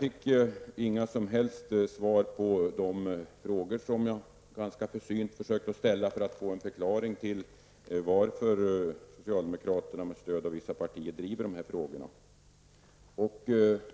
Jag fick inga som helst svar på de frågor som jag försynt försökte ställa för att få förklarat varför socialdemokraterna med stöd av vissa partier driver dessa frågor.